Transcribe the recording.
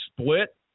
split